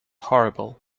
horrible